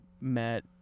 met